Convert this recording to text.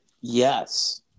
Yes